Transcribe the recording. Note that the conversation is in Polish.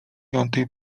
piątej